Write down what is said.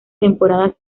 temporadas